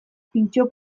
pintxo